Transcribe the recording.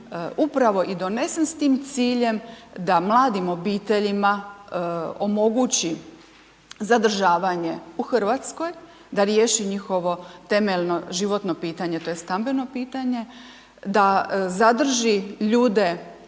upravo i donesen s tim ciljem da mladim obiteljima omogući zadržavanje u Hrvatskoj, da riješi njihovo temeljno životno pitanje, tj. stambeno pitanje, da zadrži ljude